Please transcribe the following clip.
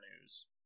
news